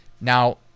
Now